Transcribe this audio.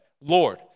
Lord